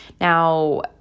Now